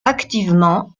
activement